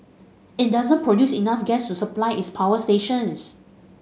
it doesn't produce enough gases to supply its power stations